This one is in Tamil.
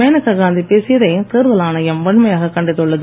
மேனகா காந்தி பேசியதை தேர்தல் ஆணையம் வன்மையாகக் கண்டித்துள்ளது